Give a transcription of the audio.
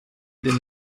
den